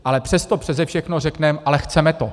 Ale přes to přese všechno řekneme: ale chceme to.